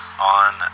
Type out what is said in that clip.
on